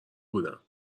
بودم